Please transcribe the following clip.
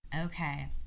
Okay